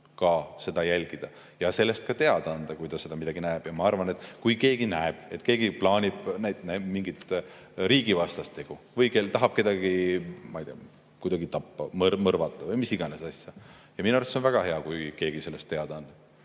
ka seda jälgida ja sellest teada anda, kui ta seal midagi näeb. Ja ma arvan, et kui keegi näeb, et keegi plaanib mingit riigivastast tegu või tahab kedagi kuidagi tappa, mõrvata või mis iganes, siis minu arust on väga hea, kui keegi sellest teada